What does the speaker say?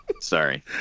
Sorry